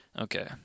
okay